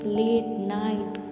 late-night